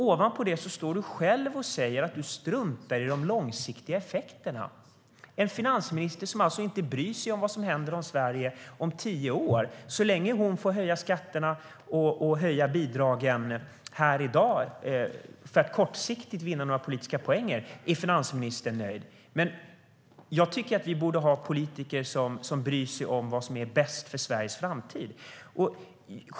Ovanpå detta står Magdalena Andersson själv och säger att hon struntar i de långsiktiga effekterna. Vi har alltså en finansminister som inte bryr sig om vad som händer med Sverige om tio år. Så länge hon får höja skatterna och bidragen här i dag för att kortsiktigt vinna några politiska poäng är finansministern nöjd. Jag tycker att vi borde ha politiker som bryr sig om vad som är bäst för Sveriges framtid.